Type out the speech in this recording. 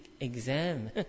exam